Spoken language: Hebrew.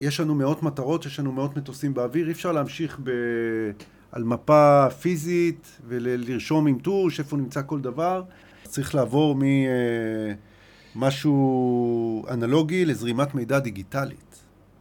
יש לנו מאות מטרות, יש לנו מאות מטוסים באוויר, אי אפשר להמשיך ב... על מפה פיזית ולרשום עם טוש איפה נמצא כל דבר. צריך לעבור ממשהו אנלוגי לזרימת מידע דיגיטלית